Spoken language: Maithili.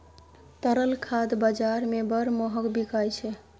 तरल खाद बजार मे बड़ महग बिकाय छै